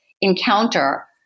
encounter